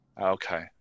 Okay